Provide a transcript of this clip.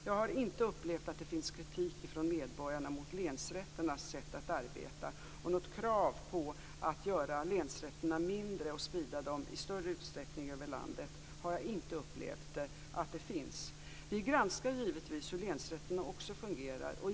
Jag har inte upplevt att det finns kritik från medborgarna mot länsrätternas sätt att arbeta. Något krav på att göra länsrätterna mindre och sprida dem i större utsträckning över landet har jag inte upplevt att det finns. Vi granskar givetvis också hur länsrätterna fungerar.